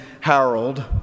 Harold